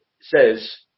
says